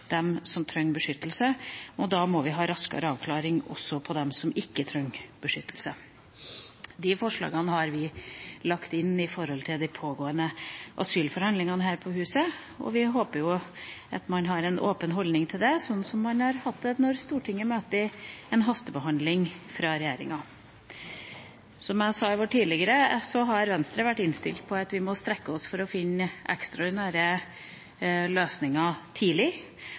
som trenger beskyttelse. Da må vi ha raskere avklaring, også av dem som ikke trenger beskyttelse. De forslagene har vi lagt inn i de pågående asylforhandlingene her på huset, og vi håper at man har en åpen holdning til det, som man har hatt når Stortinget møter en hastebehandling fra regjeringa. Som jeg sa tidligere, har Venstre vært innstilt på at vi må strekke oss for å finne ekstraordinære løsninger tidlig.